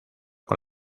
con